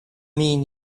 mean